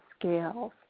scales